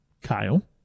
Kyle